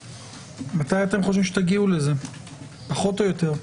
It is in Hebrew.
מתי אתם חושבים שתגיעו לזה פחות או יותר?